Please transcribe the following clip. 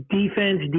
defense